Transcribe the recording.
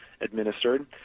administered